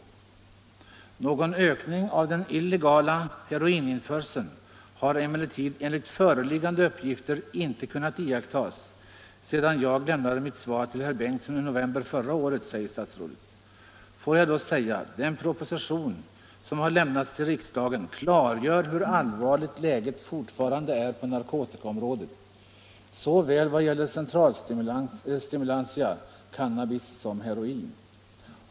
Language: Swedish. Statsrådet säger nu: ”Någon ökning av den illegala heroininförseln har emellertid enligt föreliggande uppgifter inte kunnat iakttas sedan jag lämnade mitt svar till herr Bengtsson i november förra året.” Får jag då framhålla att den proposition som har lämnats till riksdagen klargör hur allvarligt läget fortfarande är på narkotikaområdet såväl då det gäller centralstimulantia som i fråga om cannabis och heroin.